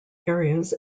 areas